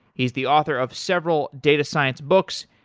he's the author of several data science books.